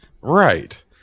Right